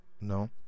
no